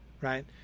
right